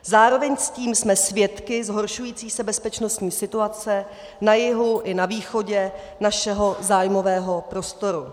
Zároveň s tím jsme svědky zhoršující se bezpečnostní situace na jihu i na východě našeho zájmového prostoru.